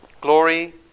Glory